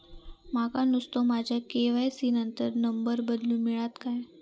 माका नुस्तो माझ्या के.वाय.सी त नंबर बदलून मिलात काय?